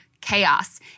chaos